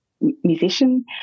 Musician